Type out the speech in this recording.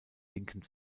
linken